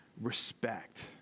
respect